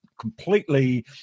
completely